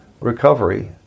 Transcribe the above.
recovery